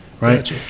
right